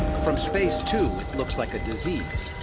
from space, too, it looks like a disease.